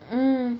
mm